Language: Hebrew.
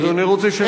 אז אני רוצה,